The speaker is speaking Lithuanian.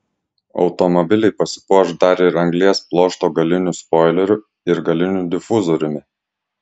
automobiliai pasipuoš dar ir anglies pluošto galiniu spoileriu ir galiniu difuzoriumi